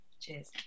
Cheers